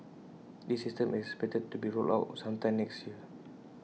this system is expected to be rolled out sometime next year